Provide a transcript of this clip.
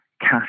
cash